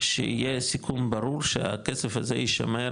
שיהיה סיכום ברור שהכסף הזה ישמר,